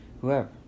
whoever